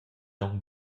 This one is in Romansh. aunc